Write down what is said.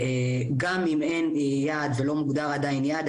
גם אם אין יעד ולא מוגדר עדיין יעד,